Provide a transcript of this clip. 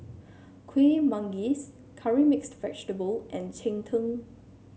Kueh Manggis Curry Mixed Vegetable and Cheng Tng